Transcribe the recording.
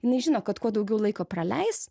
jinai žino kad kuo daugiau laiko praleis